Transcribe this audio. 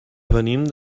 venim